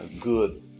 good